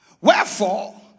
Wherefore